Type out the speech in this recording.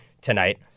tonight